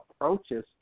approaches